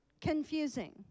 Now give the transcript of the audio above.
Confusing